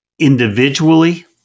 individually